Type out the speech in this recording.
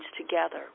together